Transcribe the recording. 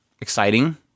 exciting